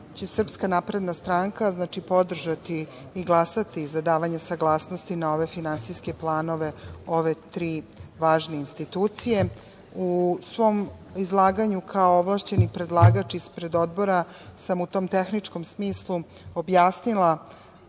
želim da kažem da će SNS podržati i glasati za davanje saglasnosti na ove finansijske planove ove tri važne institucije.U svom izlaganju kao ovlašćeni predlagač ispred Odbora sam u tom tehničkom smislu objasnila